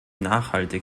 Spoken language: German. nachhaltig